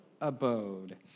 abode